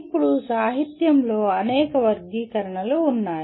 ఇప్పుడు సాహిత్యంలో అనేక వర్గీకరణలు ఉన్నాయి